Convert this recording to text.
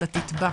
אתה תטבע.